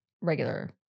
regular